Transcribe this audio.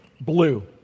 Blue